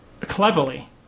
cleverly